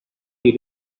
you